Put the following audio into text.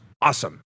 awesome